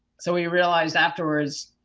so we realized afterwards,